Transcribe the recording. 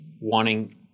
wanting